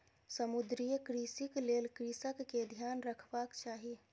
समुद्रीय कृषिक लेल कृषक के ध्यान रखबाक चाही